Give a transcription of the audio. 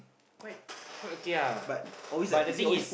quite quite okay ah but the thing is